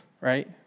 right